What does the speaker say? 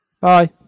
Bye